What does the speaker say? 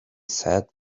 said